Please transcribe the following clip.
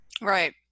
Right